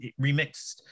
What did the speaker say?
remixed